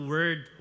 Word